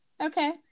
Okay